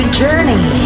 journey